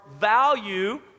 value